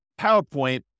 PowerPoint